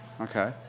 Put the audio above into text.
Okay